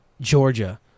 Georgia